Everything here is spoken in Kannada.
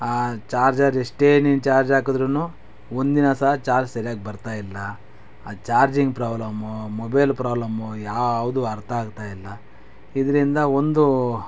ಚಾರ್ಜರ್ ಎಷ್ಟೇ ನೀನು ಚಾರ್ಜ್ ಹಾಕಿದ್ರೂ ಒಂದಿನ ಸಹ ಚಾರ್ಜ್ ಸರಿಯಾಗಿ ಬರ್ತಾಯಿಲ್ಲ ಆ ಚಾರ್ಜಿಂಗ್ ಪ್ರೋಬ್ಲಮ್ಮೊ ಮೊಬೈಲ್ ಪ್ರೋಬ್ಲಮ್ಮೊ ಯಾವುದು ಅರ್ಥ ಆಗ್ತಾಯಿಲ್ಲ ಇದರಿಂದ ಒಂದು